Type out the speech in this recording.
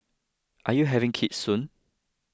are you having kids soon